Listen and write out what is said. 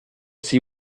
see